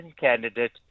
candidate